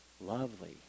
lovely